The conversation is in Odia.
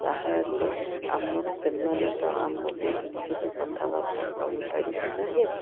ତାହେଲେ ଆମର ସେମାନେ ତ ଆମକୁ ହିନ୍ଦୀରେ କଥାବାର୍ତ୍ତା କହିପାରିବେ ନାହିଁ